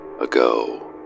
ago